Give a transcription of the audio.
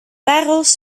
parels